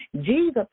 Jesus